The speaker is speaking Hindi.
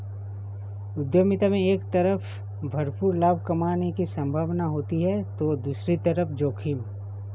उद्यमिता में एक तरफ भरपूर लाभ कमाने की सम्भावना होती है तो दूसरी तरफ जोखिम